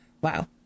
wow